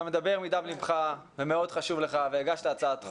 אתה מדבר מדם לבך ומאוד חשוב לך והגשת הצעת חוק,